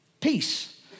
Peace